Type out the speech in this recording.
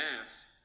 mass